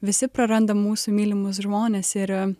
visi praranda mūsų mylimus žmones ir